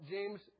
James